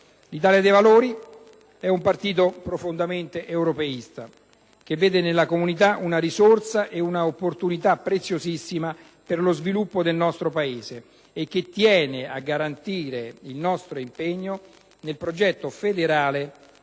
L'Italia dei Valori è un partito profondamente europeista, che vede nella Comunità una risorsa e un'opportunità preziosissima per lo sviluppo del nostro Paese, e che tiene a garantire il nostro impegno nel progetto federale